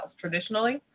Traditionally